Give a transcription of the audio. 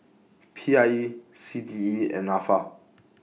P I E C T E and Nafa